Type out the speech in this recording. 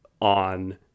On